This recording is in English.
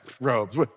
robes